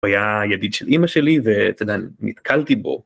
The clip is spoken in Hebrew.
הוא היה ידיד של אימא שלי, ואתה יודע, נתקלתי בו.